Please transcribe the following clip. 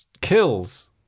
kills